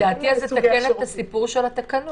לדעתי, צריך לתקן את הסיפור של התקנון.